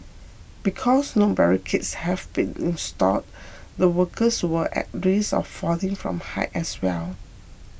because no barricades had been installed the workers were at risk of falling from height as well